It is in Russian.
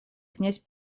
князь